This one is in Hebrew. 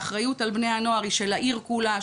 האחריות על בני הנוער היא של העיר כולה,